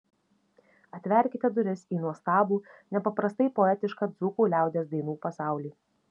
atverkite duris į nuostabų nepaprastai poetišką dzūkų liaudies dainų pasaulį